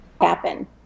happen